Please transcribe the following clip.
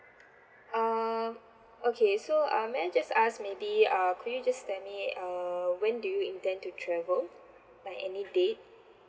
um okay so um may I just ask maybe uh could you just tell me uh when do you intend to travel like any date